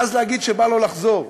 ואז להגיד שבא לו לחזור.